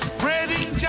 Spreading